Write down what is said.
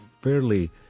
fairly